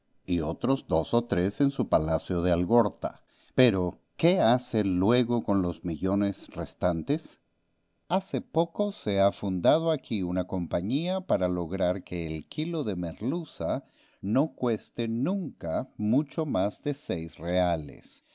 y otros dos o tres en su palacio de algorta pero qué hace luego con los millones restantes hace poco se ha fundado aquí una compañía para lograr que el kilo de merluza no cueste nunca mucho más de seis reales